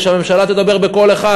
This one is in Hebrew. ושהממשלה תדבר בקול אחד.